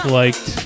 liked